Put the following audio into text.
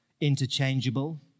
interchangeable